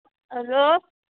hello